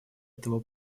этого